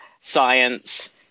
science